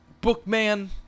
bookman